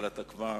אבל אתה כבר